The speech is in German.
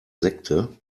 sekte